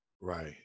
Right